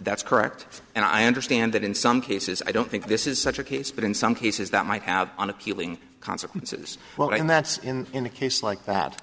that's correct and i understand that in some cases i don't think this is such a case but in some cases that might have an appealing consequences well and that's in in a case like that